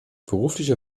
berufliche